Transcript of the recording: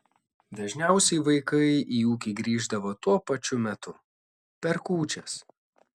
dažniausiai vaikai į ūkį grįždavo tuo pačiu metu per kūčias